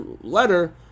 letter